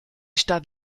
stadt